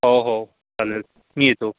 हो हो चालेल मी येतो